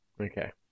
Okay